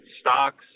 stocks